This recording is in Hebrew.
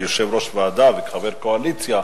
כיושב-ראש ועדה וכחבר קואליציה,